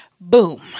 boom